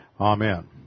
Amen